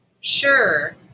Sure